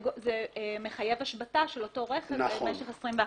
זה מחייב השבתה של אותו רכב למשך 21 ימים.